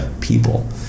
people